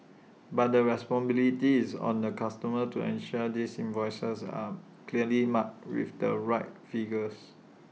but the is on the customers to ensure these invoices are clearly marked with the right figures